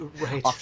Right